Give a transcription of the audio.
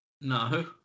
No